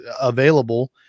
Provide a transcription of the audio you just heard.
available